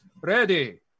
ready